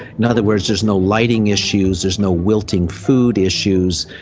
in other words, there's no lighting issues, there's no wilting food issues.